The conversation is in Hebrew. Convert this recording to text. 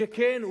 שכן,